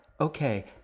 okay